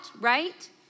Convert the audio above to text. right